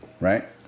right